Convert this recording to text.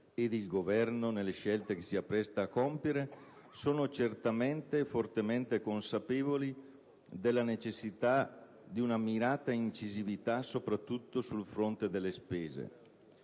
e il Governo, nelle scelte che si appresta a compiere, sono certamente e fortemente consapevoli della necessità di una mirata incisività soprattutto sul fronte delle spese.